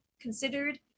considered